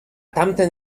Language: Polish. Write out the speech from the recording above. tamten